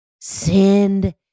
Send